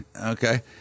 okay